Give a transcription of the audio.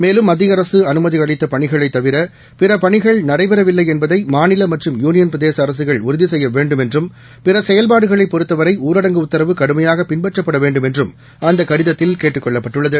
மேலும் மத்திய அரசு அனுமதி அளித்த பணிகளைத் தவிர பிற பணிகள் நடைபெறவில்லை என்பதை மாநில மற்றும்யூனியன் பிரதேச அரசுகள் உறுதி செய்ய வேண்டும் என்றும் பிற செயல்பாடுகளைப் பொறுத்தவரை ஊரடங்கு உத்தரவு கடுமையாகப் பின்பற்றப்பட வேண்டும் என்றும் அந்த கடிதத்தில் கேட்டுக் கொள்ளப்பட்டுள்ளது